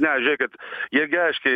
ne žėkit jie gi aiškiai